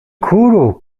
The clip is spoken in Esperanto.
kuru